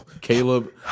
Caleb